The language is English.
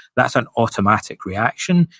that's an automatic reaction,